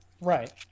Right